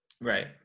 Right